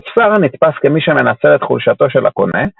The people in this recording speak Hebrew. הספסר נתפש כמי שמנצל את חולשתו של הקונה,